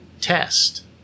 test